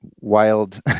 wild